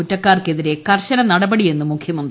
കുറ്റക്കാർക്കെതിരെ കർക്കശ നടപടിയെന്ന് മുഖ്യമന്തി